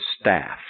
staff